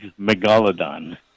Megalodon